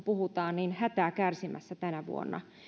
puhutaan hätää kärsimässä tänä vuonna